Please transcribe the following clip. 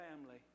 family